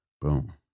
boom